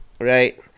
Right